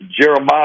Jeremiah